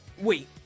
Wait